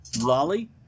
lolly